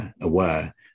aware